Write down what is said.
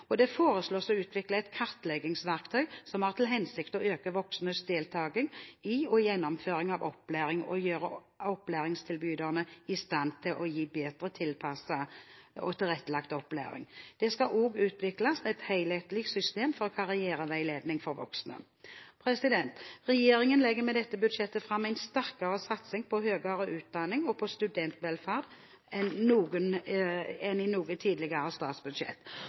voksenopplæringen. Det foreslås å utvikle et kartleggingsverktøy som har til hensikt å øke voksnes deltaking i og gjennomføring av opplæring, og å gjøre opplæringstilbyderne i stand til å gi bedre tilpasset og tilrettelagt opplæring. Det skal også utvikles et helhetlig system for karriereveiledning for voksne. Regjeringen legger med dette budsjettet fram en sterkere satsing på høyere utdanning og på studentvelferd enn i noe tidligere statsbudsjett.